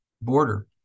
border